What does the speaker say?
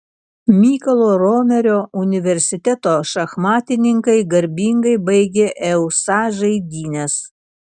mykolo romerio universiteto šachmatininkai garbingai baigė eusa žaidynes